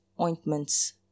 ointments